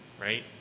right